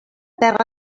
terra